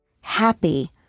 happy